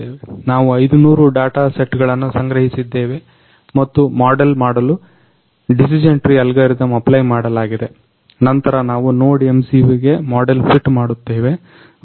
ನಾವು 500 ಡಾಟ ಸೆಟ್ಗಳನ್ನ ಸಂಗ್ರಹಿಸಿದ್ದೇವೆ ಮತ್ತು ಮಾಡೆಲ್ ಮಾಡಲು ಡಿಸೀಜೆನ್ ಟ್ರೀ ಅಲ್ಗರಿದಮ್ ಆಫ್ಲೈ ಮಾಡಲಾಗಿದೆ ನಂತರ ನಾವು NodeMCUಗೆ ಮಾಡೆಲ್ ಫಿಟ್ ಮಾಡುತ್ತೇವೆ ಓಕೆ